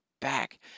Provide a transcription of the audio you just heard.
back